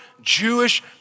Jewish